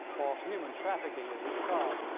or human trafficking as it's called.